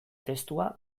testua